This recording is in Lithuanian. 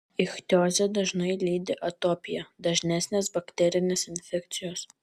ichtiozę dažnai lydi atopija dažnesnės bakterinės infekcijos